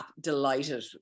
Delighted